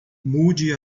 mude